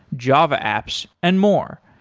java apps and more.